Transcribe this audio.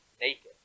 naked